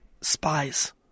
spies